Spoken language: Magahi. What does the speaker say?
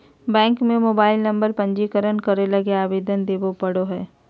बैंक में मोबाईल नंबर पंजीकरण करे लगी आवेदन देबे पड़ो हइ